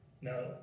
No